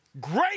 Great